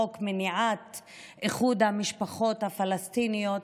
חוק מניעת איחוד המשפחות הפלסטיניות,